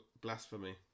Blasphemy